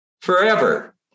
forever